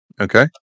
Okay